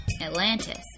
Atlantis